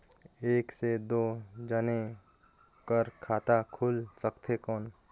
एक से दो जने कर खाता खुल सकथे कौन?